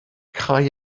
cae